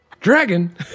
Dragon